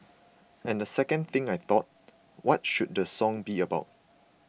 and the second thing I thought what should the song be about